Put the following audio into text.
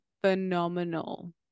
phenomenal